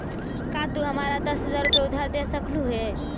का तू हमारा दस हज़ार रूपए उधार दे सकलू हे?